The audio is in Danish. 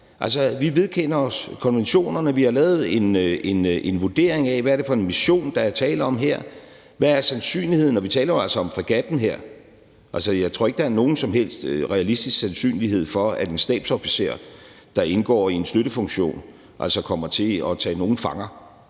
vi vedkender os konventionerne, og vi har lavet en vurdering af, hvad det er for en mission, der er tale om her. Og hvad er sandsynligheden for at tage fanger? Og her taler vi jo altså om fregatten, for jeg tror ikke, der er nogen som helst realistisk sandsynlighed for, at en stabsofficer, der indgår i en støttefunktion, kommer til at tage nogen fanger.